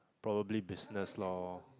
probably business loh